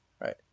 right